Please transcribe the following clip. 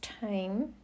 time